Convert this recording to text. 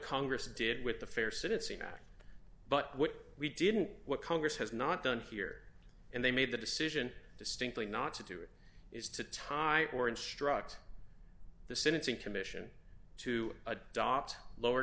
congress did with the fair cincinnati but what we didn't what congress has not done here and they made the decision distinctly not to do it is to tie or instruct the sentencing commission to adopt lower